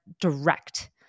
direct